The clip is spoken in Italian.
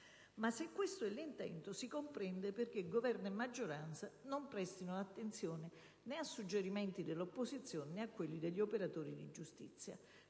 Se questo è l'intento, si comprende perché Governo e maggioranza non prestino attenzione né ai suggerimenti dell'opposizione né a quelli degli operatori della giustizia.